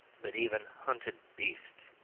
but even hunted beasts.